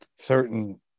certain